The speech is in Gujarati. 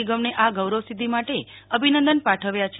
નિગમને આ ગૌરવ સિદ્ધિ માટે અભિનંદન પાઠવ્યા છે